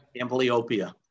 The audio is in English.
Amblyopia